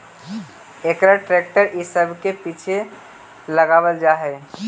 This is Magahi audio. एकरा ट्रेक्टर इ सब के पीछे लगावल जा हई